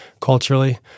culturally